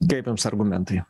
kaip jums argumentai